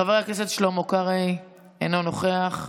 חבר הכנסת שלמה קרעי, אינו נוכח.